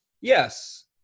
Yes